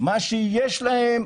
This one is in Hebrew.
מה שיש להם,